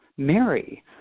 Mary